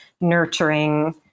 nurturing